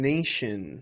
Nation